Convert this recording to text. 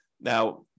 Now